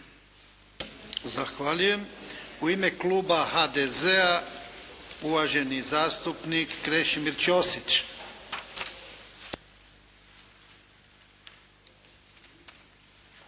Zahvaljujem. U ime Kluba HDZ-a uvaženi zastupnik Krešimir Ćosić.